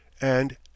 And